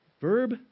Verb